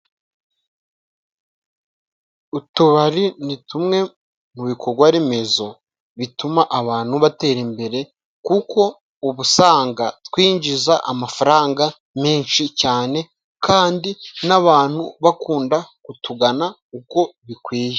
Utubari ni tumwe mu bikogwa remezo, bituma abantu batera imbere. Kuko uba usanga twinjiza amafaranga menshi cyane, kandi n'abantu bakunda kutugana uko bikwiye.